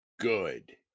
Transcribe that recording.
good